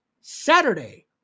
Saturday